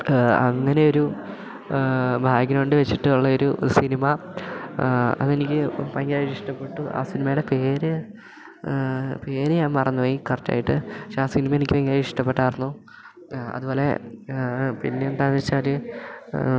അങ്ങനെ ഒരു ബാഗ്രൗണ്ട് വെച്ചിട്ടുള്ളൊരു സിനിമ അതെനിക്ക് ഭയങ്കരമായിട്ട് ഇഷ്ടപ്പെട്ടു ആ സിനിമേടെ പേര് പേര് ഞാൻ മറന്നുപോയി കറക്റ്റ് ആയിട്ട് പക്ഷെ ആ സിനിമ എനിക്ക് ഭയങ്കര ഇഷ്ടപ്പെട്ടായിരുന്നു അതുപോലെ പിന്നെ എന്താണെന്ന് വെച്ചാൽ